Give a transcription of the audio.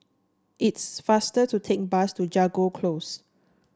it's faster to take bus to Jago Close